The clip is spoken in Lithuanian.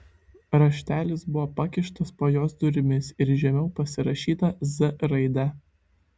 raštelis buvo pakištas po jos durimis ir žemiau pasirašyta z raide